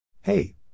Hey